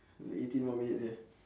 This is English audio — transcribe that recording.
eighteen more minutes here